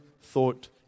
thought